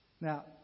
Now